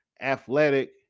athletic